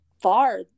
far